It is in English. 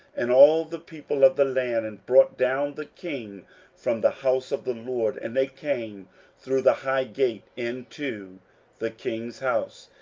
and all the people of the land, and brought down the king from the house of the lord and they came through the high gate into the king's house,